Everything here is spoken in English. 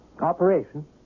Operation